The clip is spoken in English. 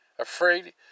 Afraid